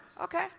Okay